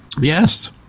Yes